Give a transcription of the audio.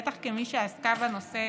אני חושבת, בטח כמי שעסקה בנושא